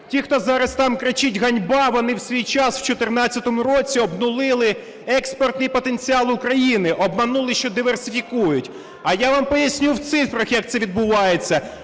Ті, хто зараз там кричить "ганьба", вони в свій час в 2014 році обнулили експортний потенціал України, обманули, що диверсифікують. А я вас поясню в цифрах як це відбувається.